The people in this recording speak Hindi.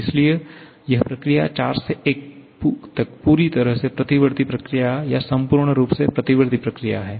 इसलिए यह प्रक्रिया 4 से 1 तक पूरी तरह से प्रतिवर्ती प्रक्रिया या संपूर्ण रूप से प्रतिवर्ती प्रक्रिया है